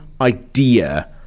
idea